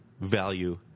value